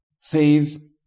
says